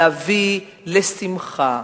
להביא לשמחה